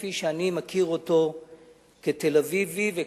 כפי שאני מכיר אותו כתל-אביבי וכחרדי.